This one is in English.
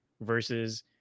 versus